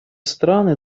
страны